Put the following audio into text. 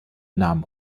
nahm